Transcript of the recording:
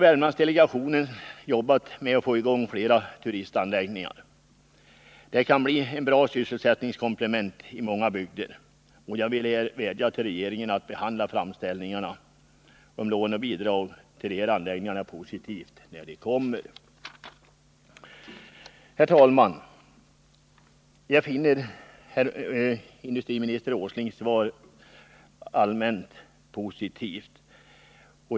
Värmlandsdelegationen har arbetat för att få fram fler turistanläggningar. Sådana kan bli ett viktigt sysselsättningskomplement i många bygder. Jag vädjar till regeringen om att man behandlar våra framställningar om lån och bidrag till dessa anläggningar positivt. Herr talman! Jag finner industriminister Åslings svar allmänt positivt.